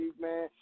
man